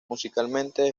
musicalmente